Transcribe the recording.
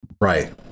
Right